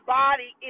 body